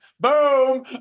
Boom